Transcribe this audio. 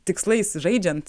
tikslais žaidžiant